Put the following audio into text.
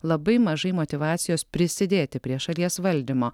labai mažai motyvacijos prisidėti prie šalies valdymo